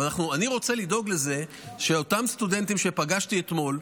אני רוצה לדאוג לזה שאותם סטודנטים שפגשתי אתמול,